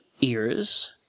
ears